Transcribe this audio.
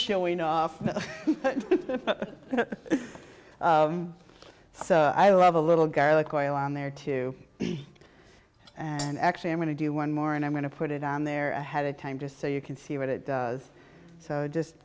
showing off so i love a little girl a coil on there too and actually i'm going to do one more and i'm going to put it on there ahead of time just so you can see what it was so just